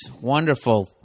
Wonderful